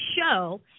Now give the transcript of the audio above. show